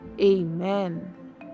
Amen